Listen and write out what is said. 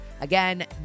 Again